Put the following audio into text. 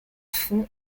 fond